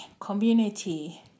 community